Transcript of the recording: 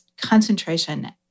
concentration